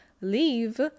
leave